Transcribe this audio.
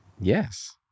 Yes